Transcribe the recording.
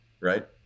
right